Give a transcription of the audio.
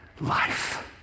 life